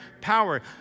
power